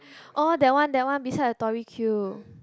oh that one that one beside the Tori-Q